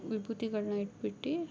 ವಿಭೂತಿಗಳನ್ನ ಇಟ್ಬಿಟ್ಟು